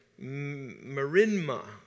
marinma